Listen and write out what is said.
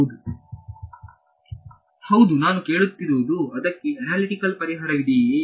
ವಿದ್ಯಾರ್ಥಿ ಹೌದು ನಾನು ಕೇಳುತ್ತಿರುವುದು ಅದಕ್ಕೆ ಅನಾಲಿಟಿಕಲ್ ಪರಿಹಾರವಿದೆಯೇ